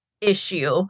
issue